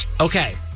Okay